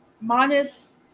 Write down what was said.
Minus